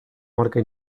marca